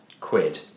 quid